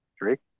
Drake